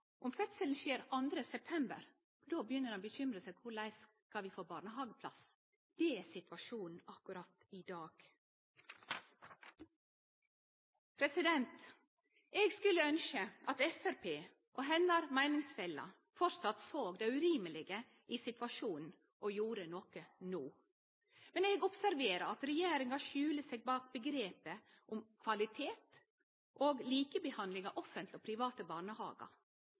om fødselen skjer 2. september, for då begynner ein å bekymre seg for korleis ein skal få barnehageplass. Det er situasjonen i dag. Eg skulle ønskje at Solveig Horne og hennar meiningsfellar framleis såg det urimelege i situasjonen og gjorde noko no. Men eg observerer at regjeringa skjuler seg bak omgrepa kvalitet og likebehandling av offentlege og private barnehagar,